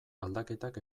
aldaketak